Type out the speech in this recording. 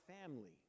family